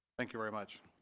thank you very much